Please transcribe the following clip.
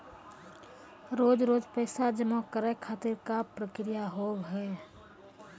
रोज रोज पैसा जमा करे खातिर का प्रक्रिया होव हेय?